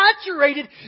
saturated